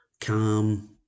calm